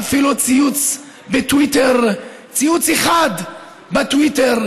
ואפילו ציוץ בטוויטר, ציוץ אחד בטוויטר,